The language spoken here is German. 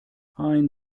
ein